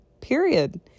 period